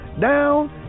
down